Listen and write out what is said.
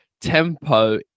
tempo